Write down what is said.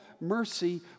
mercy